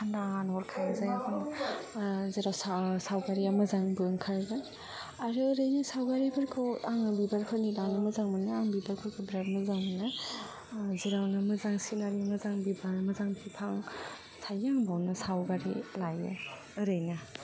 थान्दा नुहुरखायो जायगाखौनो जेराव सावगारिआ मोजांबो ओंखारगोन आरो ओरैनो सावगारिफोरखौ आं बिबारफोरनि लानो मोजां मोनो आं बिबारफोरखौ बिराद मोजां मोनो जेरावनो सिनारि मोजां बिबार मोजां बिफां थायो आं बावनो आं सावगारि लायो ओरैनो